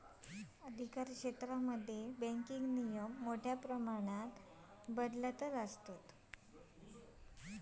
अधिकारक्षेत्रांमध्ये बँकिंग नियम मोठ्या प्रमाणात बदलतत